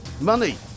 money